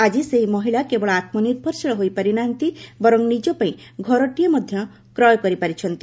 ଆଜି ସେହି ମହିଳା କେବଳ ଆତ୍ମ ନିର୍ଭରଶୀଳ ହୋଇପାରି ନାହାନ୍ତି ବରଂ ନିଜ ପାଇଁ ଘରଟିଏ ମଧ୍ୟ କ୍ରୟ କରିପାରିଛନ୍ତି